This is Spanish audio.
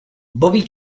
bobby